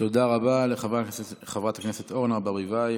תודה רבה לחברת הכנסת אורנה ברביבאי.